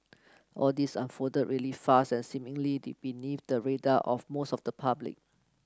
all this unfolded really fast and seemingly the beneath the radar of most of the public